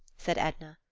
said edna.